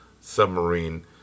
submarine